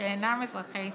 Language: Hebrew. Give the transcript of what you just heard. שאינם אזרחי ישראל.